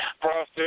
process